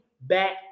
back